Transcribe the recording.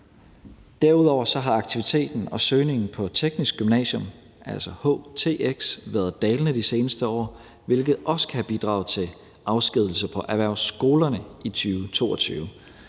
Derudover har aktiviteten og søgningen på teknisk gymnasium, altså htx, været dalende de seneste år, hvilket også kan have bidraget til afskedigelser på erhvervsskolerne i 2022.